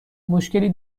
مشکلی